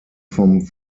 vom